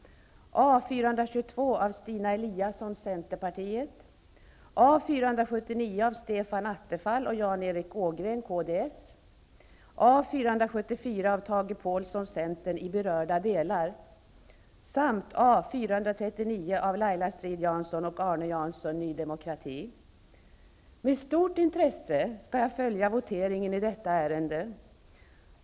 Jag yrkar alltså bifall till reservation 3. Med stort intresse kommer jag att följa voteringen i detta ärende.